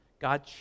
God